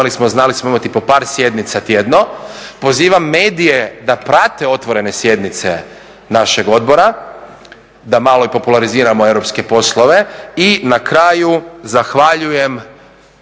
znali smo imati i po par sjednica tjedno. Pozivam medije da prate otvorene sjednice našeg odbora, da malo i populariziramo europske poslove i na kraju zahvaljujem